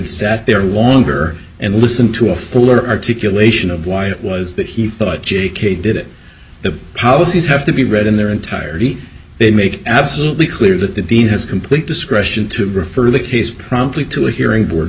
sat there longer and listened to a fuller articulation of why it was that he thought j k did it the policies have to be read in their entirety they make absolutely clear that the dean has complete discretion to refer the case promptly to a hearing board